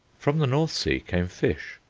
from the north sea came fish,